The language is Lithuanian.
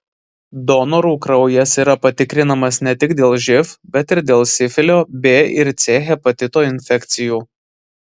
donorų kraujas yra patikrinamas ne tik dėl živ bet ir dėl sifilio b ir c hepatito infekcijų